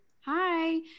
hi